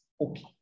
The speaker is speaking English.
okay